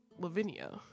Lavinia